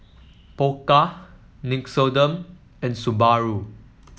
Pokka Nixoderm and Subaru